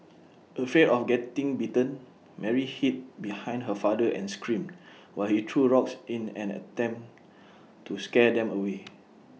afraid of getting bitten Mary hid behind her father and screamed while he threw rocks in an attempt to scare them away